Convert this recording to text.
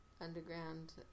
underground